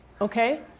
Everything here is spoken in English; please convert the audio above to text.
Okay